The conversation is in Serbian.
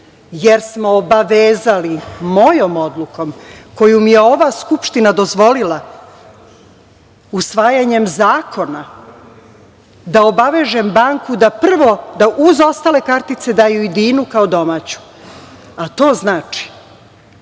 jer smo obavezali mojom odlukom koju mi je ova Skupština dozvolila usvajanjem zakona, da obavežem banku da prvo uz ostale kartice daju i "dinu" kao domaću. To znači